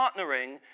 partnering